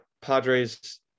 Padres